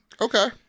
Okay